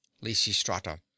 Lysistrata